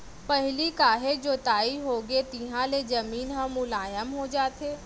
पहिली काहे जोताई होगे तिहाँ ले जमीन ह मुलायम हो जाथे